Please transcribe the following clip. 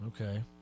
Okay